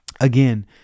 again